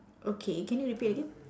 okay can you repeat again